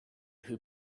who